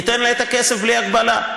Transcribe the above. ניתן לה את הכסף ללא הגבלה.